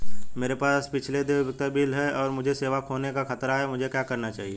मेरे पास पिछले देय उपयोगिता बिल हैं और मुझे सेवा खोने का खतरा है मुझे क्या करना चाहिए?